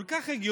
כל כך הגיוני,